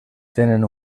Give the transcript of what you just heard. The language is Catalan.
tenen